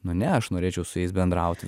nu ne aš norėčiau su jais bendrauti